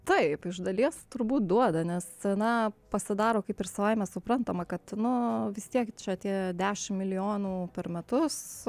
taip iš dalies turbūt duoda nes scena pasidaro kaip ir savaime suprantama kad nu vis tiek čia tie dešimt milijonų per metus